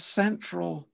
central